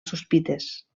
sospites